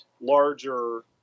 larger